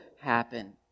happen